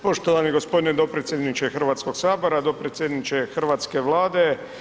Poštovani gospodine dopredsjedniče Hrvatskog sabora, dopredsjedniče hrvatske Vlade.